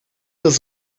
das